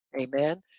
Amen